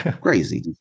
crazy